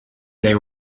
they